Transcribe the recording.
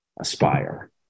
aspire